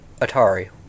Atari